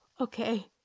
okay